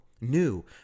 New